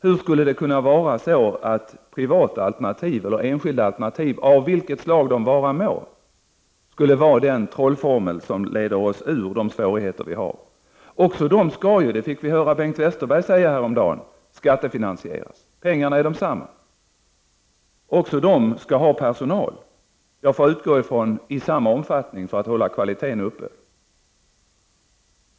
Hur skulle privata, enskilda alternativ — av vilket slag det än vara må — kunna vara den trollformel som leder oss bort från de svårigheter som finns? Nämnda alternativ skall ju också, det hörde vi Bengt Westerberg säga häromdagen, skattefinansieras. Pengarna är desamma. Även när det gäller privata, enskilda, alternativ behövs det personal i, utgår jag från, samma omfattning för att kvaliteten skall kunna upprätthållas.